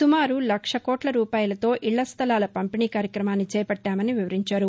సుమారు లక్ష కోట్ల రూపాయలతో ఇళ్ల స్థలాల పంపిణీ కార్యక్రమాన్ని చేపట్లామని వివరించారు